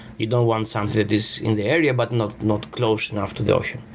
you don't want something that is in the area, but not not close enough to the ocean,